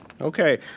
Okay